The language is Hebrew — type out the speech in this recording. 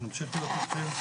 אנחנו נמשיך להיות אתכם,